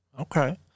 Okay